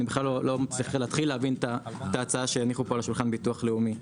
אני בכלל לא מצליח להבין את ההצעה שהניחו פה על השולחן ביטוח לאומי.